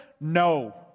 No